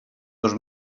dos